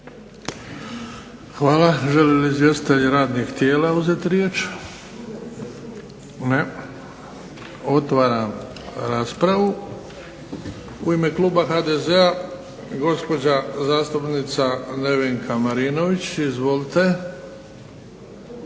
Hvala. Žele li izvjestitelji radnih tijela uzeti riječ? Ne. Otvaram raspravu. U ime kluba HDZ-a gospođa zastupnica Nevenka Marinović. Izvolite.